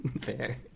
Fair